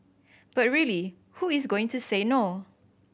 but really who is going to say no